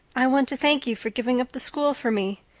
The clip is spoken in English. i want to thank you for giving up the school for me.